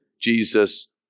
Jesus